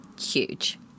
Huge